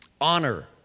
Honor